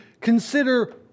consider